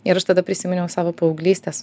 ir aš tada prisiminiau savo paauglystės